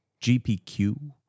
gpq